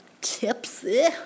Tipsy